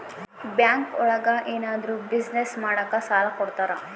bank ಒಳಗ ಏನಾದ್ರೂ business ಮಾಡಾಕ ಸಾಲ ಕೊಡ್ತಾರ